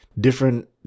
different